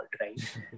right